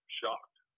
shocked